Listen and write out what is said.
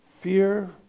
fear